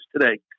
today